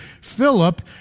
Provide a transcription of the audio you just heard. Philip